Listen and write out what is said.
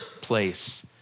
place